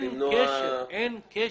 אין קשר.